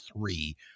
three